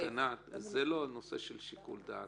ענת, זה לא הנושא של שיקול דעת,